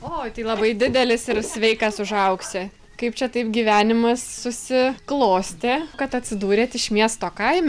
o tai labai didelis ir sveikas užaugsi kaip čia taip gyvenimas susiklostė kad atsidūrėt iš miesto kaime